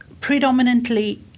predominantly